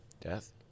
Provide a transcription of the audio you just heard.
Death